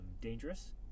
dangerous